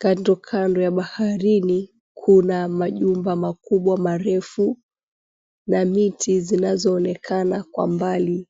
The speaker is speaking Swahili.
Kandokando ya baharini kuna majumba makubwa marefu na miti zinazoonekana kwa mbali.